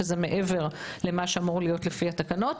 שזה מעבר למה שאמור להיות לפי התקנות.